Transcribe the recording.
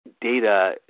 data